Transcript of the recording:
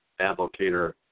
Advocator